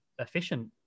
efficient